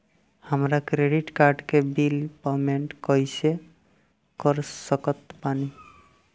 हमार credit card के bill payment कइसे कर सकत बानी?